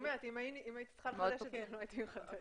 אם הייתי צריכה לחדש את זה, לא הייתי מחדשת.